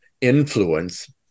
influence